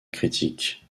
critique